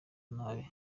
nabi